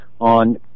on